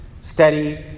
Steady